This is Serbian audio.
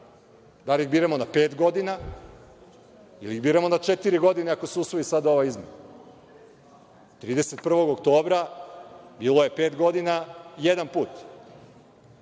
Da li ih biramo na pet godina ili ih biramo na četiri godine, ako se usvoji sada ova izmena? Trideset prvog oktobra bilo je pet godina jedan put.